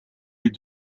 les